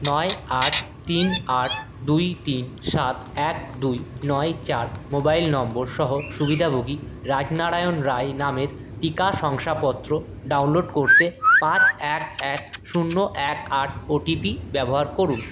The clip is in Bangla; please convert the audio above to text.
নয় আট তিন আট দুই তিন সাত এক দুই নয় চার মোবাইল নম্বর সহ সুবিধাভোগী রাজনারায়ণ রায় নামের টিকা শংসাপত্র ডাউনলোড করতে পাঁচ এক এক শূন্য এক আট ও টি পি ব্যবহার করুন